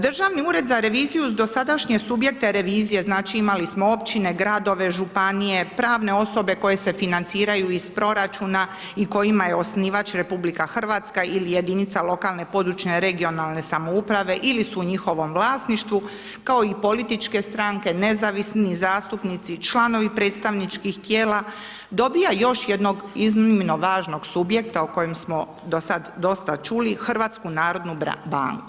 Državni ured za reviziju ... dosadašnje subjekte revizije, znači imali smo općine, gradove, županije, pravne osobe koje se financiraju iz proračuna i kojima je osnivač RH ili jedinica lokalne i područne(regionalne)samouprave ili su njihovom vlasništvu kao i političke stranke, nezavisni zastupnici, članovi predstavničkih tijela, dobiva još jednog iznimno važnog subjekta o kojem smo do sad dosta čuli, HNB.